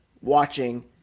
watching